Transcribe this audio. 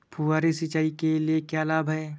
फुहारी सिंचाई के क्या लाभ हैं?